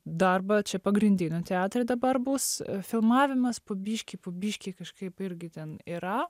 darbą čia pagrindinį teatre dabar bus filmavimas po biškį po biškį kažkaip irgi ten yra